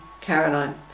Caroline